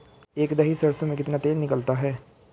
एक दही सरसों में कितना तेल निकलता है?